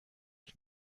ich